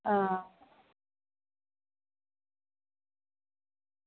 आं